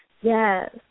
Yes